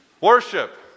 Worship